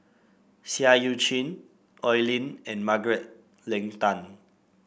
Seah Eu Chin Oi Lin and Margaret Leng Tan